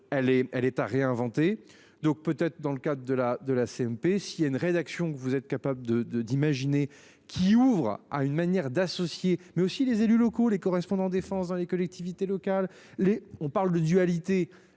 elle est à réinventer. Donc peut-être dans le cadre de la, de la CMP si il y a une rédaction que vous êtes capable de de d'imaginer qu'il ouvre à une manière d'associer mais aussi les élus locaux, les correspondants défense dans les collectivités locales les on parle de dualité,